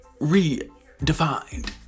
Redefined